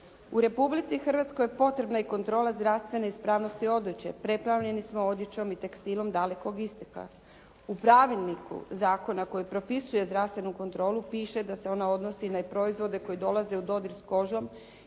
U Republici Hrvatskoj je potrebna i kontrola zdravstvene ispravnosti odjeće, preplavljeni smo odjećom i tekstilom Dalekog istoka. U pravilniku zakona koji propisuje zdravstvenu kontrolu piše da se ona odnosi na proizvode koji dolaze u dodir s kožom